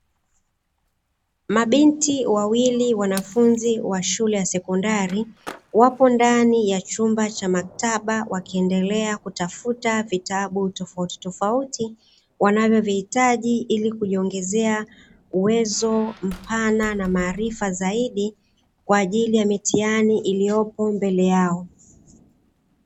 Mabinti wawili wanafunzi wa shule ya sekondari wapo ndani ya chumba cha maktaba wakiendelea kutafuta vitabu tofauti tofauti wanavyovihitaji ili kuweza kujiongezea uwezo mpana na maarifa zaidi, kwa ajili ya mitihani iliyopo mbele yao.